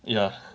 ya